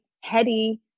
heady